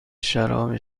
شراب